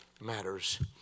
matters